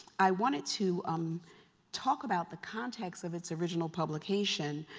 i wanted to um talk about the context of its original publication.